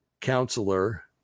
Counselor